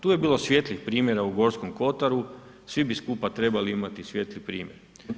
Tu je bilo svijetlih primjera u G. kotaru, svi bi skupa trebali imati svijetli primjer.